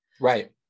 Right